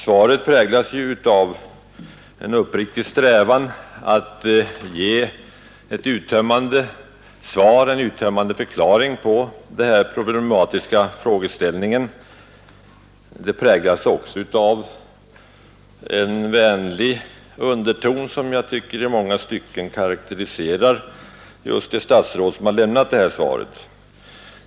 Det präglas ju av en uppriktig strävan att ge en uttömmande förklaring i den här problematiska frågan, och det präglas också av en vänlig underton, som jag tycker i många stycken karakteriserar just det statsråd som har lämnat svaret.